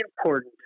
important